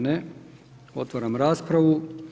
Ne, otvaram raspravu.